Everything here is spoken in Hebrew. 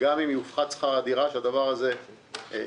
גם אם יופחת שכר הדירה, שהדבר הזה יצליח,